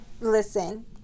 listen